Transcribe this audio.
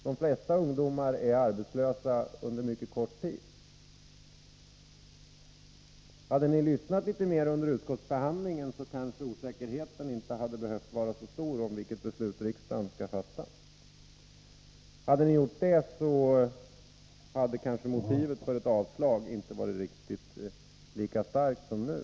De flesta ungdomar är arbetslösa under en mycket kort tid. Hade ni lyssnat litet mer under utskottsbehandlingen, hade osäkerheten kanske inte behövt vara så stor om vilket beslut riksdagen skall fatta. Hade ni gjort det, hade kanske motivet för avslag inte varit lika starkt som det är nu.